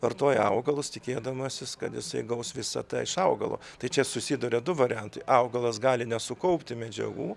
vartoja augalus tikėdamasis kad jisai gaus visa tai iš augalo tai čia susiduria du variantai augalas gali nesukaupti medžiagų